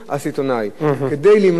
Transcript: כדי למנוע פערים גדולים.